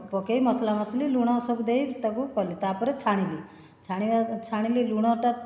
ପକେଇ ମସଲା ମସଲି ଲୁଣ ସବୁ ଦେଇ ତାକୁ କଲି ତା'ପରେ ଛାଣିଲି ଛାଣିବା ଛାଣିଲି ଲୁଣଟା